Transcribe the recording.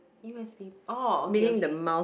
U_B_S orh okay okay